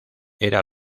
era